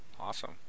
awesome